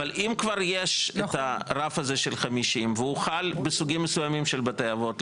אבל אם כבר יש את הרף הזה של 50 והוא חל בסוגים מסוימים של בתי אבות,